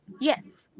Yes